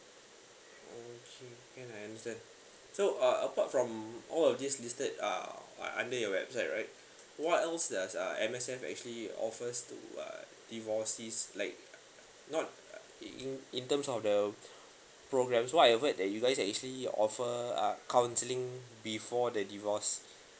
okay can I understand so uh apart from all of these listed uh under your website right what else there's uh M_S_F's actually offers to uh divorcees like not in in terms of the programs what effort that you guys are actually offer uh counselling before the divorce